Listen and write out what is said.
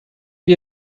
wie